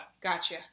Gotcha